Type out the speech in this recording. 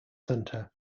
centre